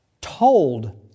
told